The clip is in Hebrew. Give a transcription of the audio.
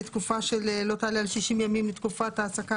תקופה שלא תעלה על שישים ימים מתקופת העסקה